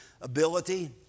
ability